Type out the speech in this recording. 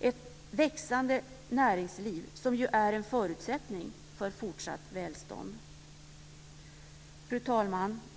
Ett växande näringsliv är en förutsättning för fortsatt välstånd. Fru talman!